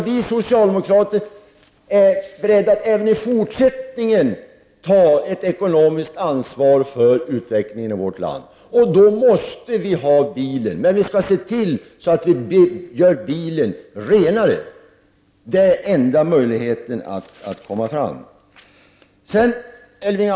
Vi socialdemokrater är beredda att även i fortsättningen ta ett ekonomiskt ansvar för utvecklingen i vårt land. Då måste vi ha bilen, men vi skall se till att vi gör den renare. Det är enda möjligheten.